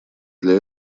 для